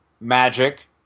magic